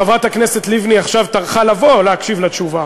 חברת הכנסת לבני עכשיו טרחה לבוא להקשיב לתשובה.